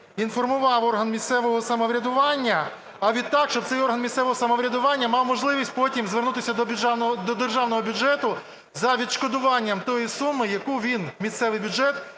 інформував орган місцевого самоврядування, а відтак, щоб цей орган місцевого самоврядування мав можливість потім звернутися до державного бюджету за відшкодуванням тої суми, яку він, місцевий бюджет,